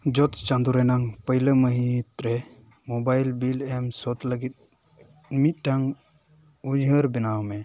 ᱡᱚᱛᱚ ᱪᱟᱸᱫᱳ ᱨᱮᱱᱟᱜ ᱯᱳᱭᱞᱳ ᱢᱟᱹᱦᱤᱛ ᱨᱮ ᱢᱳᱵᱟᱭᱤᱞ ᱵᱤᱞ ᱮᱢ ᱥᱳᱫᱷ ᱞᱟᱹᱜᱤᱫ ᱢᱤᱫᱴᱟᱱ ᱩᱭᱦᱟᱹᱨ ᱵᱮᱱᱟᱣ ᱢᱮ